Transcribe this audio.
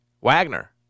Wagner